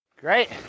great